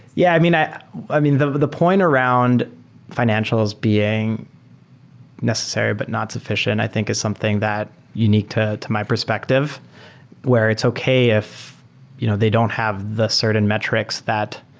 yeah. i i mean, the the point around fi nancials being necessary but not suffi cient i think is something that unique to to my perspective where it's okay if you know they don't have the certain metrics that